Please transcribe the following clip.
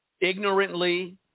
ignorantly